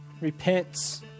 repents